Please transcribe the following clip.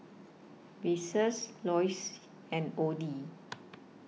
Besse Loyce and Odin